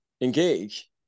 engage